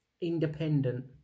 independent